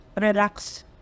relax